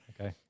Okay